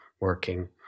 working